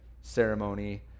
ceremony